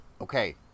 Okay